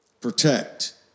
protect